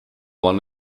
waren